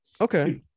okay